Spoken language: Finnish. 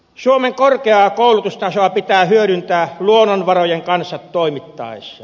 suomen korkeaa koulutustasoa pitää hyödyntää luonnonvarojen kanssa toimittaessa